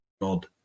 God